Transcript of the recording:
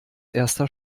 erster